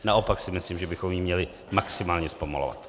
Naopak si myslím, že bychom ji měli maximálně zpomalovat.